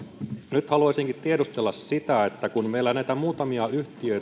nyt haluaisinkin tiedustella kun meillä näitä muutamia